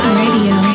radio